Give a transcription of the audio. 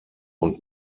und